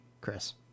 chris